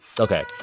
Okay